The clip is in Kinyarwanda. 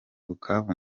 bukavu